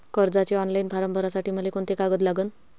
कर्जाचे online form भरासाठी मले कोंते कागद लागन?